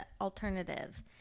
alternatives